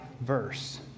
verse